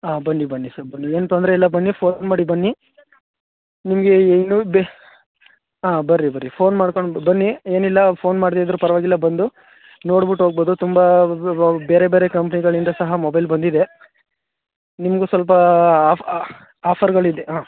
ಹಾಂ ಬನ್ನಿ ಬನ್ನಿ ಸರ್ ಬನ್ನಿ ಏನು ತೊಂದರೆ ಇಲ್ಲ ಬನ್ನಿ ಫೋನ್ ಮಾಡಿ ಬನ್ನಿ ನಿಮಗೆ ಇನ್ನೂ ಬೆ ಆಂ ಬನ್ರಿ ಬನ್ರಿ ಫೋನ್ ಮಾಡ್ಕೊಂಡು ಬನ್ನಿ ಏನಿಲ್ಲ ಫೋನ್ ಮಾಡದೇ ಇದ್ದರೂ ಪರವಾಗಿಲ್ಲ ಬಂದು ನೋಡ್ಬುಟ್ಟು ಹೋಗ್ಬೌದು ತುಂಬ ಬೇರೆ ಬೇರೆ ಕಂಪ್ನಿಗಳಿಂದ ಸಹ ಮೊಬೈಲ್ ಬಂದಿದೆ ನಿಮ್ಗೂ ಸ್ವಲ್ಪ ಆಫ್ ಆಫರ್ಗಳಿದೆ ಹಾಂ